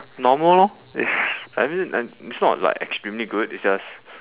normal lor it's I mean I it's not like extremely good it's just